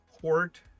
port